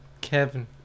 Kevin